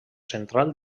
central